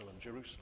Jerusalem